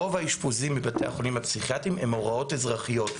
רוב האשפוזים בבתי החולים הפסיכיאטריים הם הוראות אזרחיות,